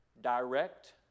direct